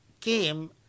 came